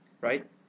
right